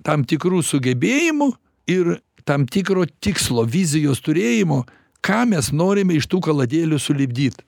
tam tikrų sugebėjimų ir tam tikro tikslo vizijos turėjimo ką mes norime iš tų valandėlių sulipdyt